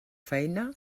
feina